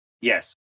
Yes